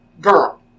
girl